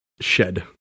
Shed